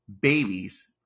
babies